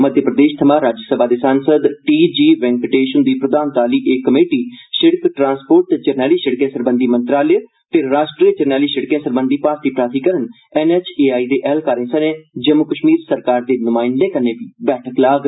मध्यप्रदेश थमां राज्यसभा दे सांसद टी जी वेंकटेश हंदी प्रधानता आहली एह कमेटी सिड़क ट्रांसपोर्ट ते जरनैली सिड़कें सरबंधी मंत्रालय ते राश्ट्री जरनैली सिड़कें सरबंधी भारती प्राधिकरण एन एच ए आई दे ऐहलकारें सनें जम्मू कश्मीर सरकार दे नुमाइंदें कन्नै बी बैठक लाग